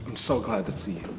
so glad to see